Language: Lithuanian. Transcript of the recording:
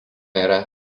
yra